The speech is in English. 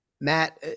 Matt